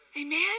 Amen